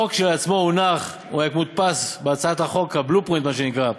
החוק כשלעצמו מודפס, ה-blue print, מה שנקרא,